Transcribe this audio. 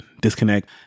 disconnect